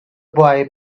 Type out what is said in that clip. boy